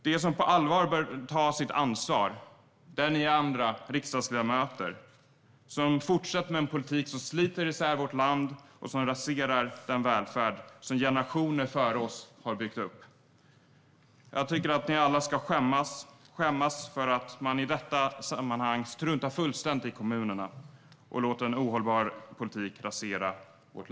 De som på allvar bör ta sitt ansvar är ni riksdagsledamöter som fortsätter med en politik som sliter isär vårt land och som raserar den välfärd som generationer före oss har byggt upp. Ni ska alla skämmas för att ni i detta sammanhang fullständigt struntar i kommunerna och låter en ohållbar politik rasera vårt land.